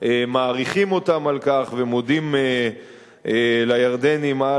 מעריכים אותם על כך, ומודים לירדנים על